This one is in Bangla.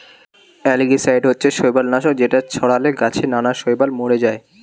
অ্যালগিসাইড হচ্ছে শৈবাল নাশক যেটা ছড়ালে গাছে নানা শৈবাল মরে যায়